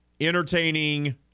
Entertaining